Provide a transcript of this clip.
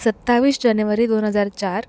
सत्तावीस जानेवारी दोन हजार चार